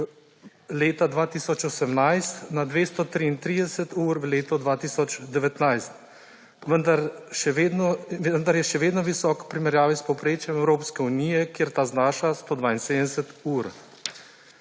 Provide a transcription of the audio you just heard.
leta 2018 na 233 ur v letu 2019. Vendar je še vedno visok v primerjavi s povprečjem Evropske unije, kjer ta znaša 172 ur.